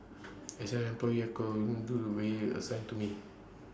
as an employee I could only do we assigned to me